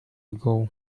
ago